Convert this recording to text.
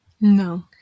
No